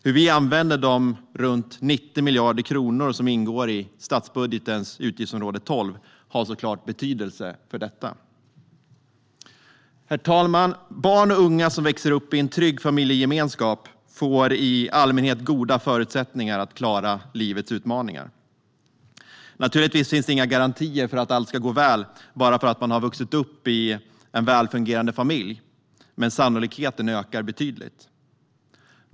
Hur vi använder de runt 90 miljarder kronor som ingår i statsbudgetens utgiftsområde 12 har såklart betydelse för detta. Herr talman! Barn och unga som växer upp i en trygg familjegemenskap får i allmänhet goda förutsättningar att klara livets utmaningar. Naturligtvis finns det inga garantier för att allt ska gå väl bara för att man vuxit upp i en välfungerande familj, men sannolikheten ökar betydligt.